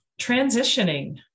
Transitioning